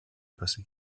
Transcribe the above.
pussy